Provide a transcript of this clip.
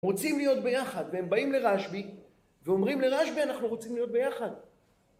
רוצים להיות ביחד והם באים לרשב"י ואומרים לרשב"י אנחנו רוצים להיות ביחד